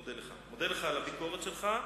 אני מודה לך על הביקורת שלך.